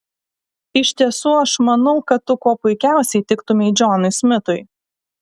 iš tiesų aš manau kad tu kuo puikiausiai tiktumei džonui smitui